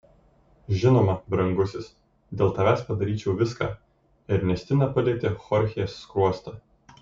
žinoma brangusis dėl tavęs padaryčiau viską ernestina palietė chorchės skruostą